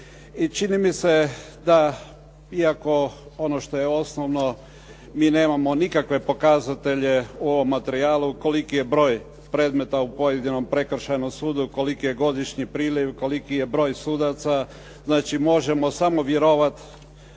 čini mi se da iako ono što je osnovno mi nemamo nikakve pokazatelje u ovom materijalu koliki je broj predmeta u pojedinom prekršajnom sudu, koliki je godišnji priliv, koliki je broj sudaca. Znači, možemo samo vjerovati